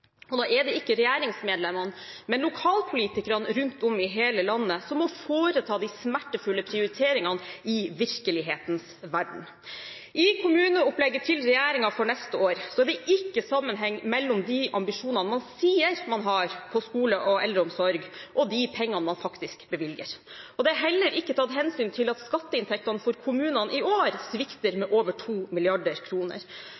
Og nå er det ikke regjeringsmedlemmene, men lokalpolitikerne rundt om i hele landet som må foreta de smertefulle prioriteringene i virkelighetens verden. I kommuneopplegget til regjeringen for neste år er det ikke sammenheng mellom de ambisjonene man sier man har på skole og eldreomsorg, og de pengene man faktisk bevilger. Det er heller ikke tatt hensyn til at skatteinntektene for kommunene i år svikter